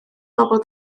bobol